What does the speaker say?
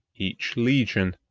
each legion,